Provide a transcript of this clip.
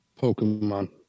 pokemon